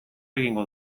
egingo